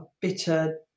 bitter